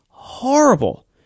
horrible